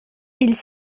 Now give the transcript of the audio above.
ils